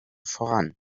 voran